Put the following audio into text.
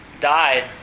died